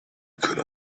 could